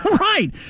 Right